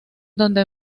donde